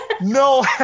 No